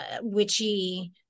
witchy